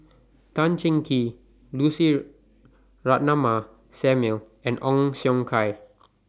Tan Cheng Kee Lucy Ratnammah Samuel and Ong Siong Kai